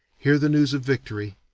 hear the news of victory,